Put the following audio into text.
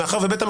הבנתי.